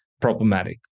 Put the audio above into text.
problematic